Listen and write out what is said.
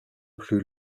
plus